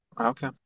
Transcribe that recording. Okay